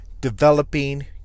developing